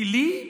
טילים?